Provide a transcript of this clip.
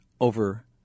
over